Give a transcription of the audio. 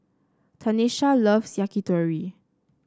Tanesha loves Yakitori